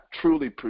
truly